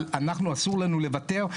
אסור לנו לוותר.